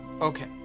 Okay